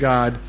God